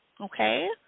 Okay